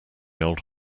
old